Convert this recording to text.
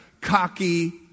cocky